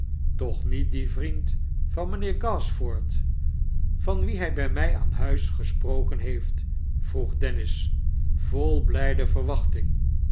toch niet die vriend van mijnheer gashford van wien hij bij mij aan huis gesproken heeft vroeg dennis vol blijde verwachting